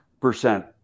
percent